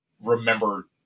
remember